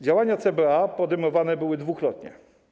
Działania CBA podejmowane były dwukrotnie.